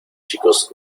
chicos